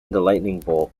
logo